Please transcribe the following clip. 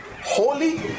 holy